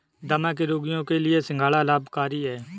दमा के रोगियों के लिए सिंघाड़ा लाभकारी है